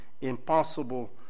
impossible